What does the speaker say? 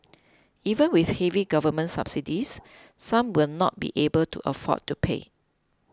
even with heavy government subsidies some will not be able to afford to pay